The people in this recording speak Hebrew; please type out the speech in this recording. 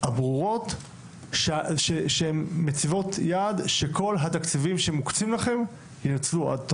הברורות שהן מציבות יעד שכל התקציבים שמוקצים לכם ינוצלו עד תום.